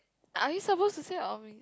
are you suppose to say or me